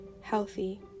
healthy